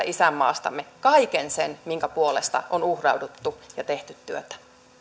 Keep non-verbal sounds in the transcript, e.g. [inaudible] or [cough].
[unintelligible] isänmaastamme kaiken sen minkä puolesta on uhrauduttu ja tehty työtä